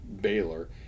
Baylor